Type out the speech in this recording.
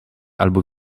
albo